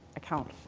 account.